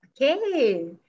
Okay